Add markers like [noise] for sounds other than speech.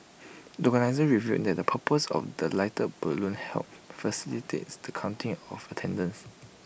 [noise] the organisers revealed that the purpose of the lighted balloons helped facilitates the counting of attendance